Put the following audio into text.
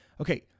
okay